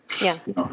Yes